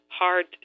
hard